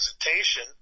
presentation